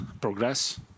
progress